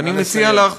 ואני מציע לך,